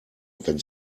wenn